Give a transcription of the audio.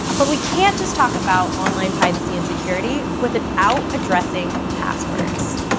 but we can't just talk about online privacy and security without addressing passwords.